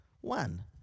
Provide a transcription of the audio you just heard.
One